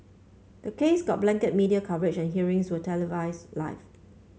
the case got blanket media coverage and hearings were televised live